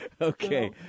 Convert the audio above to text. Okay